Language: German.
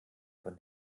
von